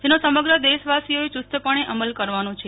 જેનો સમગ્ર દેશવાસીઓએ ચુસ્તપણે અમલ કરવાનો છે